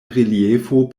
reliefo